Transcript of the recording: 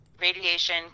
radiation